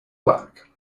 black